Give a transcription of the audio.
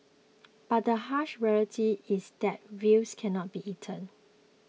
but the harsh reality is that views cannot be eaten